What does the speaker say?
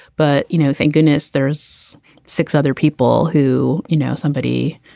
but, you know, thank goodness there's six other people who you know, somebody,